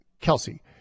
Kelsey